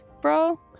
bro